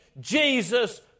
Jesus